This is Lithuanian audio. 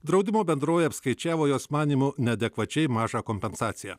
draudimo bendrovė apskaičiavo jos manymu neadekvačiai mažą kompensaciją